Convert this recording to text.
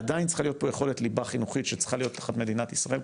עדיין צריכה להיות פה יכולת ליבה חינוכית שצריכה להיות מדינת ישראל,